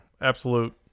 Absolute